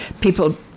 people